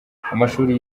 amashuri